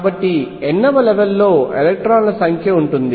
కాబట్టి n వ level లో ఎలక్ట్రాన్ ల సంఖ్య ఉంటుంది